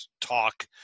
talk